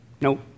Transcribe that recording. Nope